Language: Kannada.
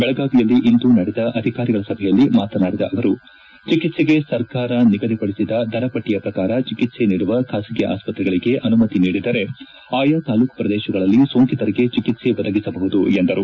ಬೆಳಗಾವಿಯಲ್ಲಿ ಇಂದು ನಡೆದ ಅಧಿಕಾರಿಗಳ ಸಭೆಯಲ್ಲಿ ಮಾತನಾಡಿದ ಅವರು ಚಿಕಿತ್ತೆಗೆ ಸರ್ಕಾರ ನಿಗದಿಪಡಿಸಿದ ದರಪಟ್ಟಿಯ ಪ್ರಕಾರ ಚಿಕಿತ್ಸೆ ನೀಡುವ ಖಾಸಗಿ ಆಸ್ಪತ್ರೆಗಳಿಗೆ ಅನುಮತಿ ನೀಡಿದರೆ ಆಯಾ ತಾಲ್ಲೂಕು ಪ್ರದೇಶಗಳಲ್ಲಿ ಸೋಂಕಿತರಿಗೆ ಚಿಕಿತ್ಸೆ ಒದಗಿಸಬಹುದು ಎಂದರು